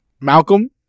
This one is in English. Malcolm